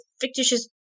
fictitious